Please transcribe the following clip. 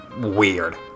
weird